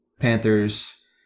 Panthers